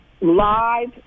live